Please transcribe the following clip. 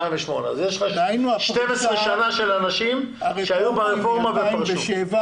יש לך 12 שנים שאנשים שהיו ברפורמה ופרשו.